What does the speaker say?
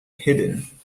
hidden